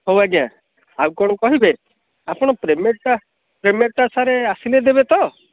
ହଉ ଆଜ୍ଞା ଆଉ କ'ଣ କହିବେ ଆପଣ ପେମେଣ୍ଟଟା ପେମେଣ୍ଟଟା ସାର ଆସିଲେ ଦେବେ ତ